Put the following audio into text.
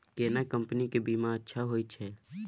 केना कंपनी के बीमा अच्छा होय छै?